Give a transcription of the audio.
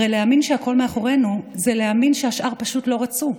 הרי להאמין שהכול מאחורינו זה להאמין שהשאר פשוט לא רצו.